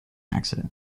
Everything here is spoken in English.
accident